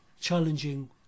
challenging